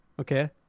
Okay